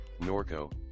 Norco